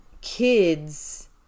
kids